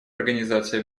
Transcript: организации